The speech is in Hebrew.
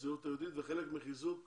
הזהות היהודית וחלק מחיזוק